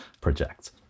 project